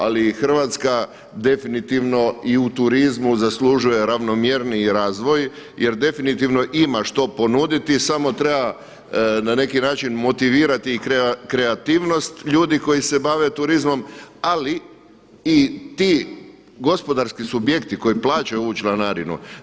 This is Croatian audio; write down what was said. Ali Hrvatska definitivno i u turizmu zaslužuje ravnomjerniji razvoj, jer definitivno ima što ponuditi samo treba na neki način motivirati i kreativnost ljudi koji se bave turizmom, ali i ti gospodarski subjekti koji plaćaju ovu članarinu.